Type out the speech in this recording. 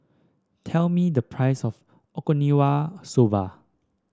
tell me the price of Okinawa Soba